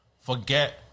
forget